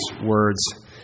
words